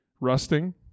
rusting